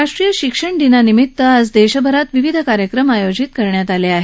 राष्ट्रीय शिक्षण दिनाच्या निमित्तानं आज देशभरात विविध कार्यक्रम आयोजित करण्यात आले आहेत